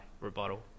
rebuttal